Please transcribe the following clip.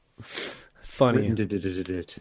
Funny